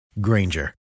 Granger